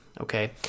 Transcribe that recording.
okay